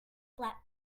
flap